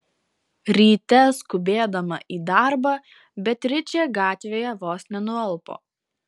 ryte skubėdama į darbą beatričė gatvėje vos nenualpo